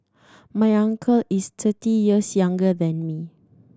my uncle is thirty years younger than me